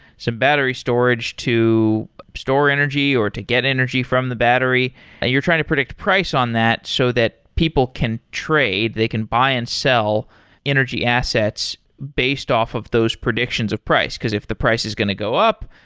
some battery storage to story energy or to get energy from the battery and you're trying to predict price on that so that people can trade. they can buy and sell energy assets based off of those predictions of price, because if the price is going to go up,